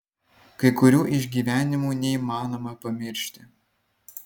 kai kurių išgyvenimų neįmanoma pamiršti